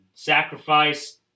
Sacrifice